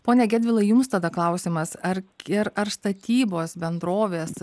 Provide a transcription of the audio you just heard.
pone gedvilai jums tada klausimas ar ir ar statybos bendrovės